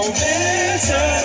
better